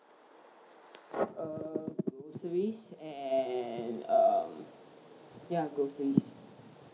err groceries and um yeah groceries